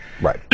Right